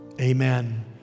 Amen